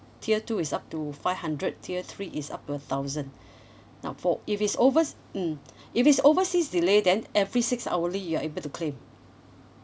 tier two is up to five hundred tier three is up to a thousand now for if it's over~ mm if it's overseas delay then every six hourly you are able to claim